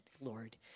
Lord